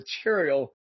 Material